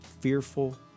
fearful